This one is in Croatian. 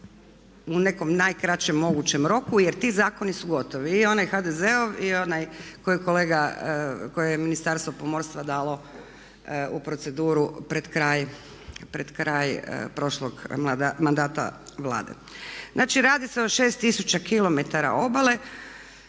u nekom najkraćem mogućem roku jer ti zakoni su gotovi. I onaj HDZ-ov koje je Ministarstvo pomorstva dalo u proceduru pred kraj prošlog mandata Vlade. Znači radi se o 6 tisuća km obale,